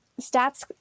stats